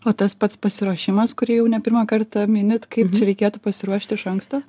o tas pats pasiruošimas kurį jau ne pirmą kartą minit kai reikėtų pasiruošt iš anksto